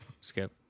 Skip